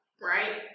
Right